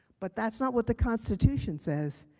but that's not what the constitution says.